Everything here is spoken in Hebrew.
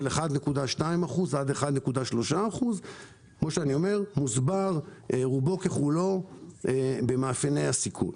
1.2% עד 1.3%. רובו ככולו מוסבר במאפייני הסיכון.